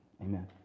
amen